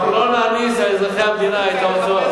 אנחנו לא נעמיס על אזרחי המדינה את ההוצאות.